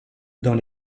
dans